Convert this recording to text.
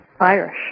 Irish